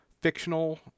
fictional